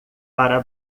para